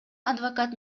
адвокат